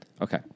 Okay